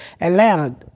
Atlanta